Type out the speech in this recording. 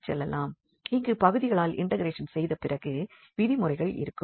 இங்கு பகுதிகளால் இன்டெக்ரேஷன் செய்த பிறகு விதிமுறைகள் இருக்கும்